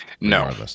No